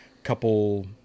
couple